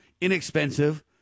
inexpensive